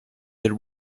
had